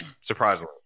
surprisingly